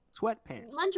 Sweatpants